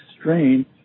strain